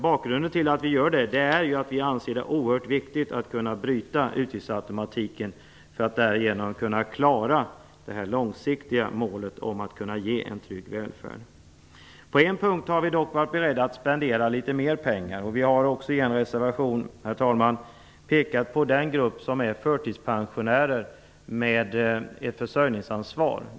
Bakgrunden till detta är att vi anser att det är oerhört viktigt att kunna bryta utgiftsautomatiken för att därigenom klara det långsiktiga målet att ge en trygg välfärd. På en punkt har vi dock varit beredda att spendera litet mer pengar. Vi har också i en reservation, herr talman, pekat på gruppen förtidspensionärer med försörjningsansvar.